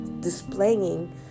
displaying